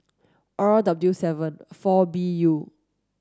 R W seven four B U